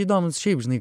įdomu šiaip žinai